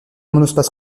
monospace